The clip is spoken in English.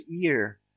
ear